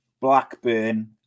Blackburn